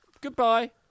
Goodbye